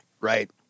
right